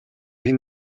хэн